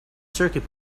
circuit